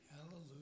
Hallelujah